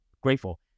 grateful